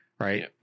Right